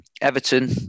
Everton